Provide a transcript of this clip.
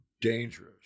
dangerous